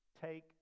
take